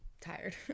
tired